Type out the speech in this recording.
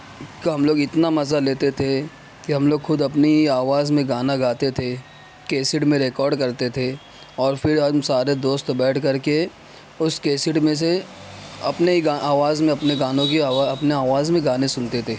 کا ہم لوگ اتنا مزہ لیتے تھے کہ ہم لوگ خود اپنی ہی آواز میں گانا گاتے تھے کیسیٹ میں ریکاڈ کرتے تھے اور پھر ہم سارے دوست بیٹھ کر کے اس کیسیٹ میں سے اپنے ہی آواز میں اپنے گانوں کی آواز اپنے آواز میں گانے سنتے تھے